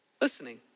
listening